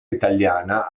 italiana